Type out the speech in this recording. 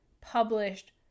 published